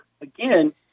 again